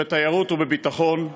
בתיירות ובביטחון.